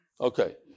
Okay